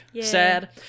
Sad